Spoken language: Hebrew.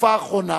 בתקופה האחרונה,